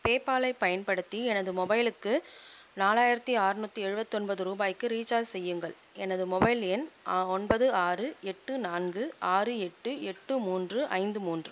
பேபாலைப் பயன்படுத்தி எனது மொபைலுக்கு நாலாயிரத்தி ஆறுநூத்தி எழுபத்தொன்பது ரூபாய்க்கு ரீசார்ஜ் செய்யுங்கள் எனது மொபைல் எண் ஒன்பது ஆறு எட்டு நான்கு ஆறு எட்டு எட்டு மூன்று ஐந்து மூன்று